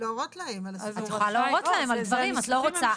את יכולה להורות להם על דברים, את לא רוצה?